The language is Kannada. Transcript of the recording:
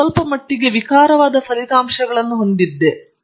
ನಾನು ಸ್ವಲ್ಪಮಟ್ಟಿಗೆ ವಿಕಾರವಾದ ಫಲಿತಾಂಶಗಳನ್ನು ಹೊಂದಿದ್ದೇನೆ